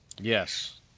yes